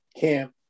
camp